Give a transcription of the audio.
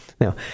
Now